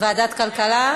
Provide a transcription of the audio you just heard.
ועדת הכלכלה.